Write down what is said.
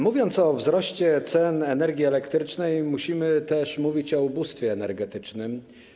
Mówiąc o wzroście cen energii elektrycznej, musimy też mówić o ubóstwie energetycznym.